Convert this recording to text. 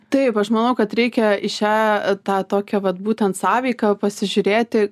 taip aš manau kad reikia į šią tą tokią vat būtent sąveiką pasižiūrėti